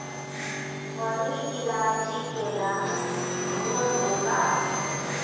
बड़ी इलायची के रंग भूअर होला